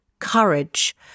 courage